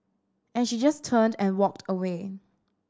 and she just turned and walked away